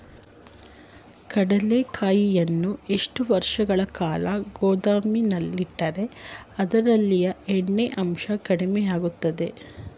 ಕಡ್ಲೆಕಾಯಿಯನ್ನು ಎಷ್ಟು ವರ್ಷಗಳ ಕಾಲ ಗೋದಾಮಿನಲ್ಲಿಟ್ಟರೆ ಅದರಲ್ಲಿಯ ಎಣ್ಣೆ ಅಂಶ ಕಡಿಮೆ ಆಗುತ್ತದೆ?